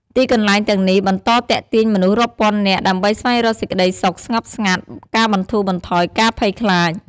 ទីកន្លែងទាំងនេះបន្តទាក់ទាញមនុស្សរាប់ពាន់នាក់ ដើម្បីស្វែងរកសេចក្ដីសុខស្ងប់ស្ងាត់ ការបន្ធូរបន្ថយការភ័យខ្លាច។